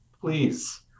please